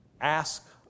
ask